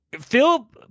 Phil